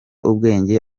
ubwenge